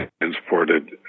transported